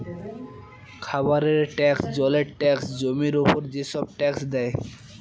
খাবারের ট্যাক্স, জলের ট্যাক্স, জমির উপর যেসব ট্যাক্স দেয়